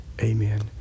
Amen